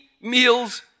meals